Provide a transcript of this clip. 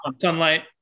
sunlight